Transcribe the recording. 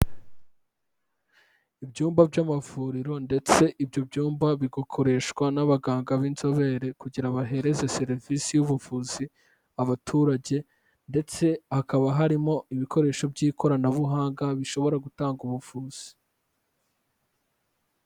Ibyumba by'amavuriro ndetse ibyo byumba bigakoreshwa n'abaganga b'inzobere kugira baherereza serivisi y'ubuvuzi, abaturage ndetse hakaba harimo ibikoresho by'ikoranabuhanga bishobora gutanga ubuvuzi.